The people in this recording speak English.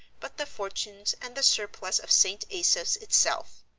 but the fortunes and the surplus of st. asaph's itself.